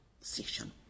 session